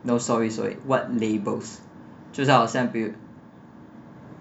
no sorry sorry what labels 就是好像 be~